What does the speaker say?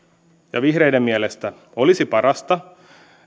ja vihreiden mielestä olisi parasta